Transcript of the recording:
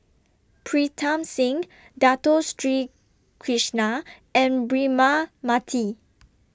Pritam Singh Dato Sri Krishna and Braema Mathi